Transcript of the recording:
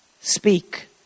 speak